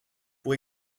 pour